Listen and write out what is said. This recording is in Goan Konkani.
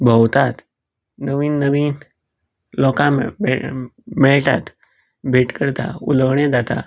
भोंवतात नवीन नवीन लोकांक मेळ मेळटात भेट करता उलोवणे जाता